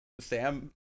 Sam